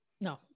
No